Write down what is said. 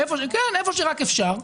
היכן שאפשר.